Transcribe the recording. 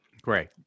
great